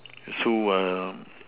so err